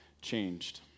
changed